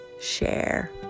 Share